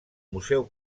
museu